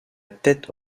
tête